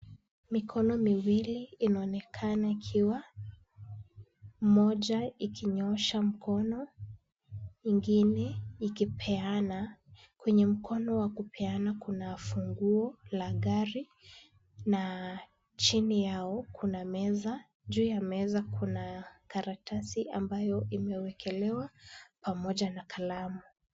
Mikono miwili inaonekana ikiwa, moja ikinyoosha mkono ingine ikipeana. Kwenye mkono wa kupeana kuna funguo la gari na chini yao kuna meza. Juu ya meza kuna karatasi ambayo imewekelewa pamoja na kalamu.